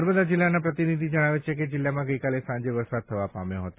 નર્મદા જિલ્લાના પ્રતિનિધિ જણાવે છે કે જિલ્લામાં ગઇકાલે સાંજે વરસાદ થવા પામ્યો હતો